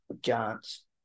Giants